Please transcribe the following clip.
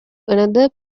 another